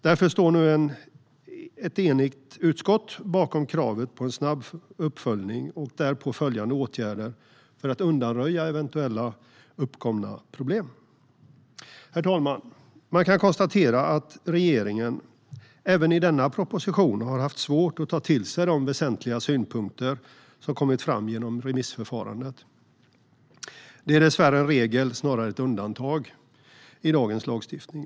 Därför står nu ett enigt utskott bakom kravet på en snabb uppföljning och därpå följande åtgärder för att undanröja eventuellt uppkomna problem. Herr talman! Man kan konstatera att regeringen även i denna proposition har haft svårt att ta till sig de väsentliga synpunkter som har kommit fram genom remissförfarandet. Det är dessvärre en regel snarare än ett undantag i dagens lagstiftning.